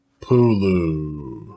Pulu